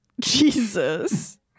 Jesus